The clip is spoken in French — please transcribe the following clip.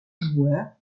joueur